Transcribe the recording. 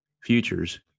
futures